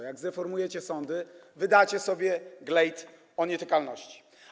Jak zdeformujecie sądy, wydacie sobie glejt na nietykalność.